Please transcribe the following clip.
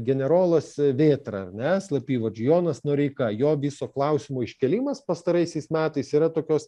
generolas vėtra ar ne slapyvardžiu jonas noreika jo viso klausimo iškėlimas pastaraisiais metais yra tokios